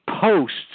posts